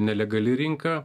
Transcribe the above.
nelegali rinka